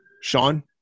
Sean